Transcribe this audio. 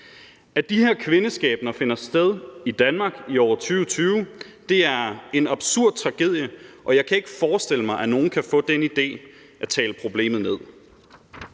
At de her kvindeskæbner finder sted i Danmark i 2020, er en absurd tragedie, og jeg kan ikke forestille mig, at nogen kan få den idé at tale problemet ned.